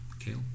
Kale